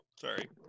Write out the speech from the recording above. Sorry